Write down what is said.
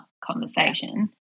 conversation